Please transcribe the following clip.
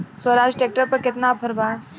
Swaraj tractor पर केतना offer बा?